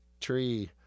tree